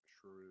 True